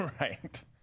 Right